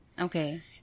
Okay